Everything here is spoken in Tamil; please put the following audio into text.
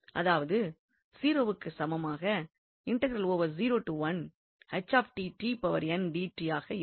அதாவது 0 வுக்குச் சமமாக இது இருக்கும்